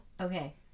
Okay